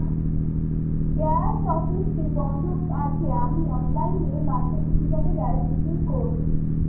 Gas অফিসটি বন্ধ আছে আমি অনলাইনের মাধ্যমে কিভাবে গ্যাস বুকিং করব?